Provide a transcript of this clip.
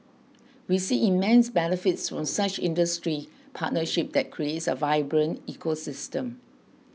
we see immense benefits from such industry partnership that creates a vibrant ecosystem